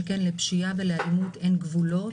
שכן לפשיעה ולאלימות אין גבולות.